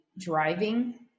driving